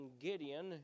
Gideon